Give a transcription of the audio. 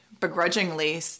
begrudgingly